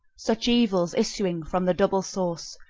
such evils, issuing from the double source,